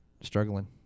struggling